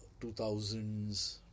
2000s